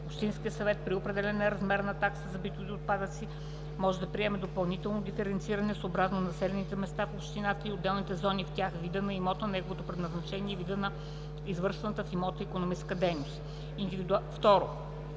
общинският съвет при определяне на размера на таксата за битови отпадъци може да приема допълнително диференциране съобразно населените места в общината и отделните зони в тях, вида на имота, неговото предназначение и вида на извършваната в имота икономическа дейност; 2.